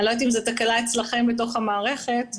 אני לא יודעת אם התקלה אצלכם בתוך המערכת או אצלנו.